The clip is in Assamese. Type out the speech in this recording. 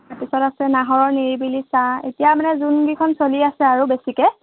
পিছত আছে নাহৰৰ নিৰিবিলি ছাঁ এতিয়া মানে যোনকেইখন চলি আছে আৰু বেছিকৈ